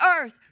earth